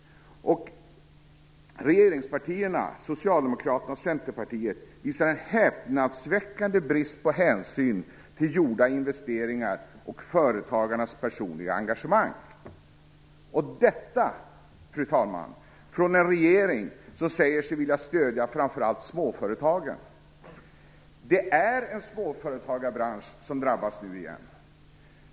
Regeringspartierna, Socialdemokraterna och Centerpartiet, visar en häpnadsväckande brist på hänsyn till gjorda investeringar och företagarnas personliga engagemang. Detta, fru talman, från en regering som säger sig vilja stödja framför allt småföretagen! Det är en småföretagarbransch som nu igen drabbas.